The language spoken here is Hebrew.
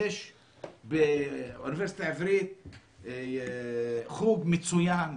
יש באוניברסיטה העברית חוג מצוין,